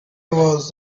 was